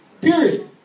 Period